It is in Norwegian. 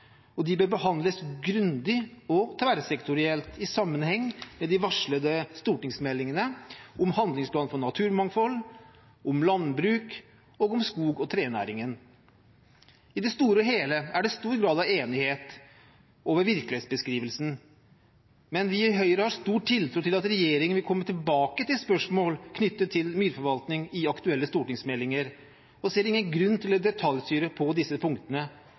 at de bør behandles grundig og tverrsektorielt i sammenheng med de varslede stortingsmeldingene om handlingsplan for naturmangfold, om landbruk og om skog- og trenæringen. I det store og hele er det en stor grad av enighet om virkelighetsbeskrivelsen, men vi i Høyre har stor tiltro til at regjeringen vil komme tilbake til spørsmål knyttet til myrforvaltning i aktuelle stortingsmeldinger, og ser ingen grunn til å detaljstyre på disse punktene.